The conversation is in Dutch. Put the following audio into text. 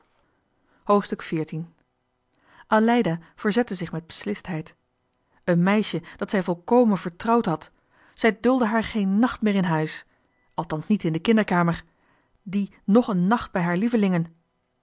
hoofdstuk aleida verzette zich met beslistheid een meisje dat zij volkomen vertrouwd had zij duldde haar geen nacht meer in huis althans niet in de kinderkamer die nog een nacht bij haar lievelingen